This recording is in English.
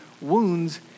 wounds